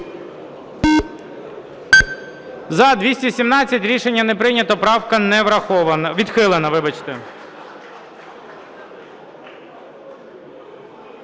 За-217 Рішення не прийнято. Правка не врахована... відхилена, вибачте.